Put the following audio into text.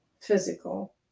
physical